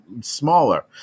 smaller